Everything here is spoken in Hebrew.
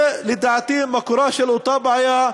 זה, לדעתי, מקורה של אותה בעיה,